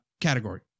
category